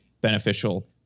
beneficial